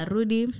Rudy